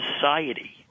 society